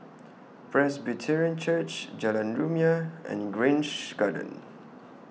Presbyterian Church Jalan Rumia and Grange Garden